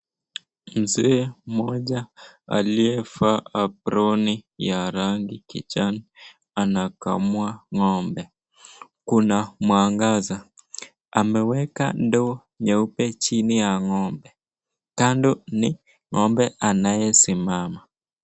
Mzee mmoja aliyefaa uplon ya rangi kijani anakamua Ng'ombe. Kuna mwangaza. Ameweka ndoo nyeupe chini ya Ng'ombe, kando ni Ng'ombe anayesimama.